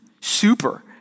super